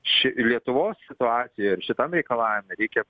ši lietuvos situacija ir šitam reikalavime reikia